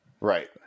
Right